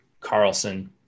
Carlson